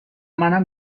منم